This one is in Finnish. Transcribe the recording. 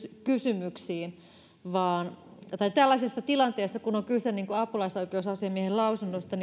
kysymyksiin tällaisessa tilanteessa kun on kyse apulaisoikeusasiamiehen lausunnosta